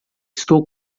estou